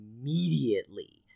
immediately